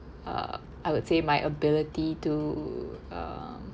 uh I would say my ability to um